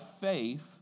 faith